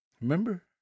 Remember